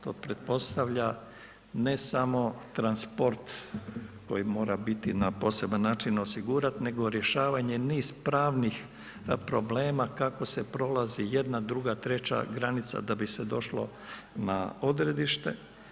To pretpostavlja ne samo transport koji mora biti na poseban način osigurat nego rješavanje niz pravnih problema kako se prolazi jedna, druga, treća granica da bi se došlo na odredište.